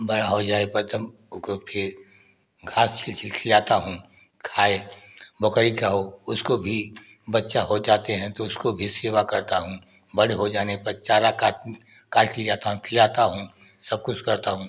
बड़ा हो जाए पर तब ओका फिर घास छील छील खिलाता हूँ खाए बकरी का हो उसको भी बच्चा हो जाते हैं तो उसको भी सेवा करता हूँ बड़े हो जाने पर चारा काट काट कर ले जाता हूँ खिलाता हूँ सब कुछ करता हूँ